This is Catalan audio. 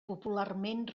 popularment